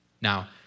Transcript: Now